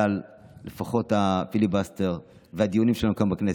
לפחות בגלל הפיליבסטר והדיונים שלנו כאן בכנסת.